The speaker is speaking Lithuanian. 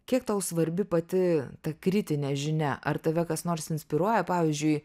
kiek tau svarbi pati ta kritinė žinia ar tave kas nors inspiruoja pavyzdžiui